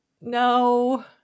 no